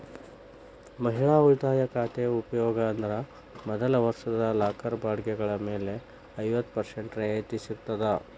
ಮಹಿಳಾ ಉಳಿತಾಯ ಖಾತೆ ಉಪಯೋಗ ಅಂದ್ರ ಮೊದಲ ವರ್ಷದ ಲಾಕರ್ ಬಾಡಿಗೆಗಳ ಮೇಲೆ ಐವತ್ತ ಪರ್ಸೆಂಟ್ ರಿಯಾಯಿತಿ ಸಿಗ್ತದ